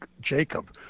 Jacob